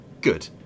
good